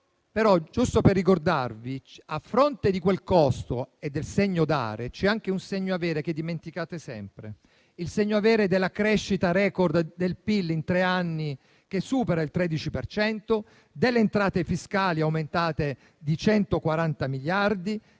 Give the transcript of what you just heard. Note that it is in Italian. Vorrei però ricordarvi che, a fronte di quel costo e del segno dare, c'è anche un segno avere che dimenticate sempre. Il segno avere della crescita *record* del PIL in tre anni, che supera il 13 per cento, delle entrate fiscali aumentate di 140 miliardi,